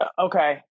okay